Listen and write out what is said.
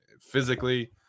physically